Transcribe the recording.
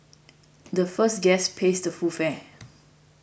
the first guest pays the full fare